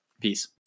peace